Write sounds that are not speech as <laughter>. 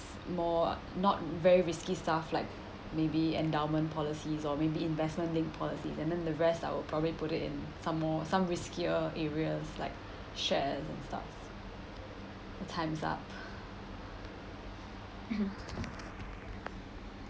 more not very risky stuff like maybe endowment policies or maybe investment linked policies and then the rest I will probably put it in some more some riskier areas like shares and stuff time's up <noise>